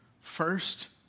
First